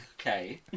okay